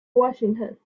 washington